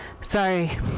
Sorry